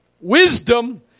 Wisdom